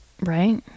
Right